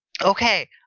Okay